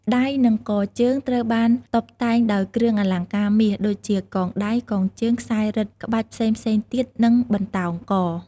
ដៃ និងកជើងត្រូវបានតុបតែងដោយ គ្រឿងអលង្ការមាស ដូចជា កងដៃ កងជើង ខ្សែរឹតក្បាច់ផ្សេងៗទៀត និងបន្តោងក។